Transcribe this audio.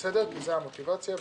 זו המוטיבציה,